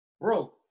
Bro